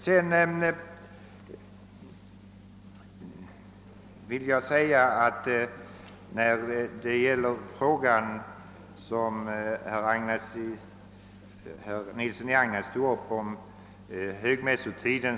Herr Nilsson i Agnäs tog upp frågan om högmässotiden.